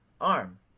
arm